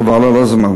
חבל על הזמן.